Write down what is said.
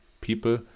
people